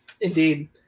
Indeed